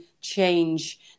change